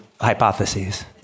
hypotheses